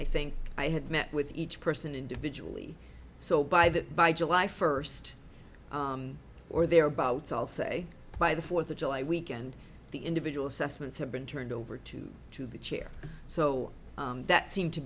i think i had met with each person individually so by that by july first or thereabouts all say by the fourth of july weekend the individual assessments have been turned over to to the chair so that seemed to